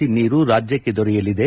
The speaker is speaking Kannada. ಸಿ ನೀರು ರಾಜ್ಯಕ್ಕೆ ದೊರೆಯಲಿದೆ